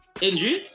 Injury